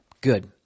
good